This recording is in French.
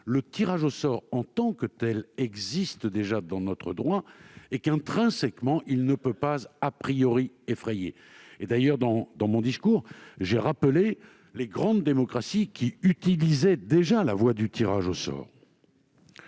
le tirage au sort en tant que tel existe déjà dans notre droit et qu'intrinsèquement il ne peut pas effrayer. D'ailleurs, dans mon discours, j'ai mentionné les grandes démocraties qui utilisaient déjà cette voie.